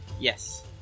Yes